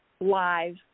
live